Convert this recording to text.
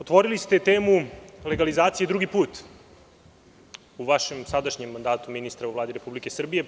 Otvorili ste temu legalizacije drugi put u vašem sadanjem mandatu ministra u Vladi Republike Srbije.